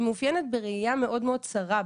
היא מאופיינת בראייה מאוד מאוד צרה,